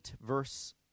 verse